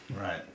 Right